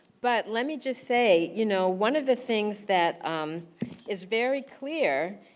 but let me just say you know one of the things that is very clear,